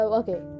okay